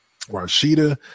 Rashida